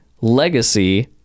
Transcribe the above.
Legacy